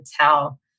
tell